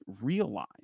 realize